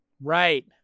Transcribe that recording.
Right